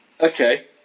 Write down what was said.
Okay